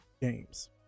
games